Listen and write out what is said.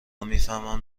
میفهمم